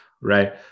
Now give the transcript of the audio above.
right